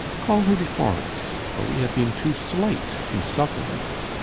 call her before us, for we have been too slight in sufferance.